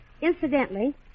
Incidentally